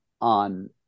on